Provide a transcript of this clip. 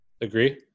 Agree